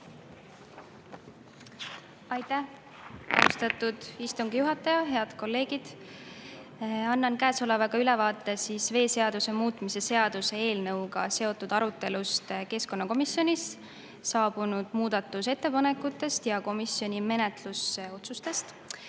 Aitäh, austatud istungi juhataja! Head kolleegid! Annan ülevaate veeseaduse muutmise seaduse eelnõu arutelust keskkonnakomisjonis, saabunud muudatusettepanekutest ja komisjoni menetlusotsustest.